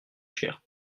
cher